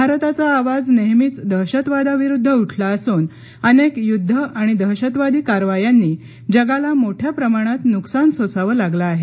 भारताचा आवाज नेहमीच दहशतवादाविरुद्ध उठला असून अनेक युद्धं आणि दहशतवादी कारवायांनी जगाला मोठ्या प्रमाणात नुकसान सोसावं लागलं आहे